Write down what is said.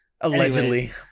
Allegedly